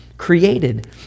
created